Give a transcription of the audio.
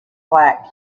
black